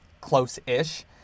close-ish